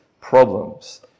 problems